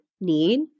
need